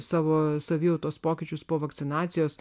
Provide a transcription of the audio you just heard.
savo savijautos pokyčius po vakcinacijos